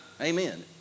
Amen